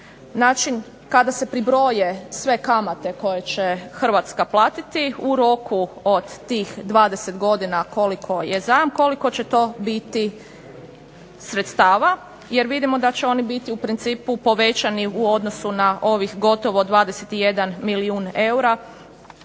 način kada se pribroje sve kamate koje će Hrvatska platiti u roku od tih 20 godina koliko je zajam, koliko će to biti sredstava jer vidimo da će oni biti u principu povećani u odnosu na ovih gotovo 21 milijun eura